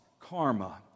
karma